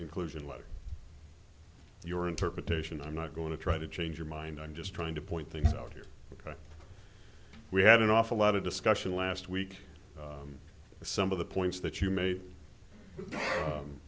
onclusion let your interpretation i'm not going to try to change your mind i'm just trying to point things out here because we had an awful lot of discussion last week some of the points that you made